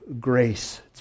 grace